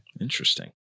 Interesting